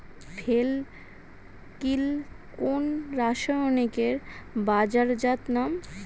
ফেন কিল কোন রাসায়নিকের বাজারজাত নাম?